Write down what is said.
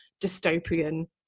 dystopian